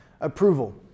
Approval